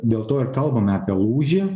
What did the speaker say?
dėl to ir kalbame apie lūžį